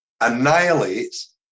annihilates